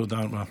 תודה רבה.